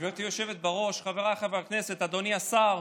גברתי היושבת-ראש, חבריי חברי הכנסת, אדוני השר,